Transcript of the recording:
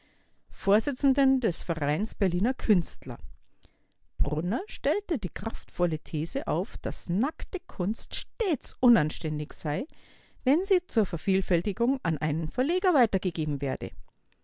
vorsitzendem des vereins berliner künstler brunner stellte die kraftvolle these auf daß nackte kunst stets unanständig sei wenn sie zur vervielfältigung an einen verleger weitergegeben werde